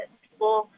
people